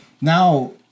now